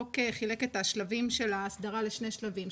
החוק חילק את השלבים של ההסדרה לשני שלבים.